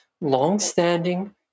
long-standing